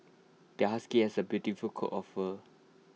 their husky has A beautiful coat of fur